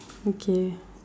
okay